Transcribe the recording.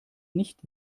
nicht